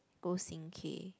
go sing K